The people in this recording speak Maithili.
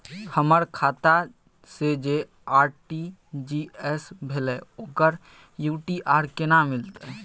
हमर खाता से जे आर.टी.जी एस भेलै ओकर यू.टी.आर केना मिलतै?